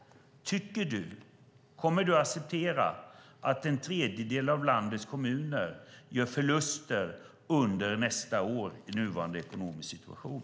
Kommer du att acceptera att en tredjedel av landets kommuner gör förluster under nästa år i nuvarande ekonomiska situation?